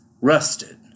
Rusted